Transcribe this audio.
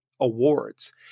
Awards